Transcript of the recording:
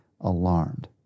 alarmed